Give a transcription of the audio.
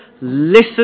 listen